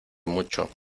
mucho